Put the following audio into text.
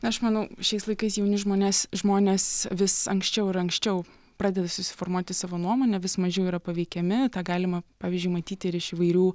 aš manau šiais laikais jauni žmones žmonės vis anksčiau ir anksčiau pradeda susiformuoti savo nuomonę vis mažiau yra paveikiami tą galima pavyzdžiui matyti ir iš įvairių